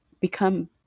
become